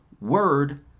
word